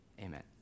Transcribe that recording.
Amen